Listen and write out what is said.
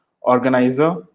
organizer